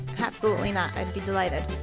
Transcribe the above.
absolutely not. i'd be delighted.